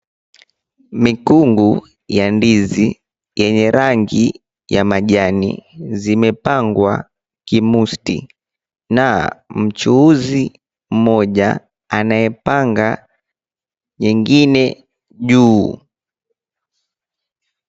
Mikungu ya ndizi yenye rangi ya majani zimepangwa kimusti na mchuuzi mmoja anayepanga nyingine juu.